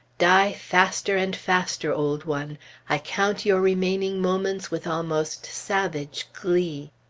die, faster and faster, old one i count your remaining moments with almost savage glee.